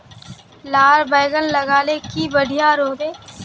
लार बैगन लगाले की बढ़िया रोहबे?